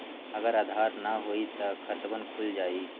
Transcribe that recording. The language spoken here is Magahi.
अगर आधार न होई त खातवन खुल जाई?